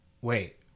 wait